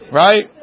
right